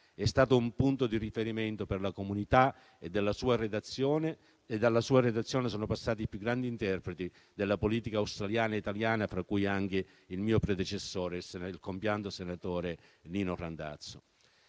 È stato un punto di riferimento per la comunità e dalla sua redazione sono passati i più grandi interpreti della politica australiana e italiana, fra cui anche il mio predecessore, il compianto senatore Nino Randazzo.